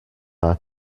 are